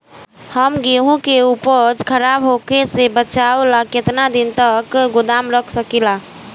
हम गेहूं के उपज खराब होखे से बचाव ला केतना दिन तक गोदाम रख सकी ला?